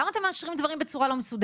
למה אתם מאשרים דברים בצורה לא מסודרת?